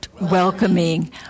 welcoming